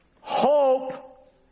Hope